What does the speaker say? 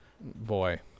Boy